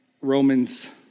Romans